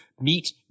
meet